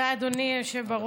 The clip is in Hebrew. תודה, אדוני היושב-ראש.